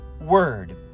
word